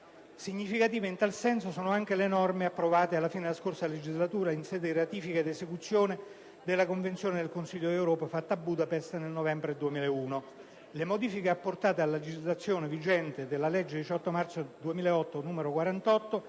Significative in tal senso sono anche le norme approvate alla fine della scorsa legislatura in sede di ratifica ed esecuzione della Convenzione del Consiglio d'Europa fatta a Budapest nel novembre 2001. Le modifiche apportate alla legislazione vigente dalla legge 18 marzo 2008, n. 48,